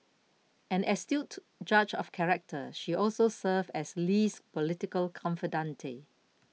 an astute judge of character she also served as Lee's political confidante